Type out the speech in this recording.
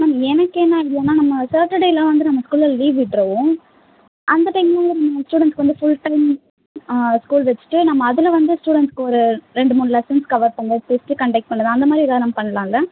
ma'am எனக்கு என்ன ஐடியானால் நம்ம சாட்டர்டேயெலாம் வந்து நம்ம ஸ்கூலில் லீவ் விட்டுருவோம் அந்த டைம்லெலாம் நம்ம ஸ்டுடெண்ட்ஸ்க்கு வந்து ஃபுல் டைம் ஸ்கூல் வச்சுட்டு நம்ம அதில் வந்து ஸ்டுடெண்ட்ஸ்க்கு ஒரு ரெண்டு மூணு லெசன்ஸ் கவர் பண்ணலாம் டெஸ்ட் கண்டெக்ட் பண்ணலாம் அந்த மாதிரி ஏதாவது நம்ம பண்ணலால்ல